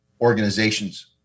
organizations